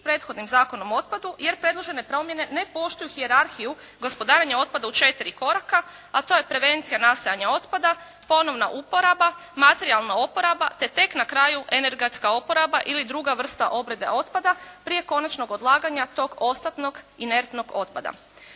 prethodnim Zakonom o otpadu jer predložene promjene ne poštuju hijerarhiju gospodarenja otpada u četiri koraka a to je prevencija nastajanja otpada, ponovna uporaba, materijalna oporaba te tek na kraju energetska oporaba ili druga vrsta obrade otpada prije konačnog odlaganja tog ostatnog inertnog otpada.